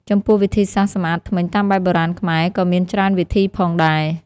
ចំពោះវិធីសាស្រ្តសម្អាតធ្មេញតាមបែបបុរាណខ្មែរ ក៏មានច្រើនវិធីផងដែរ។